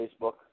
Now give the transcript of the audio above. Facebook